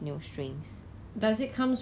super funny